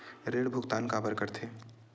ऋण भुक्तान काबर कर थे?